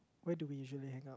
where do we usually hang